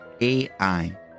AI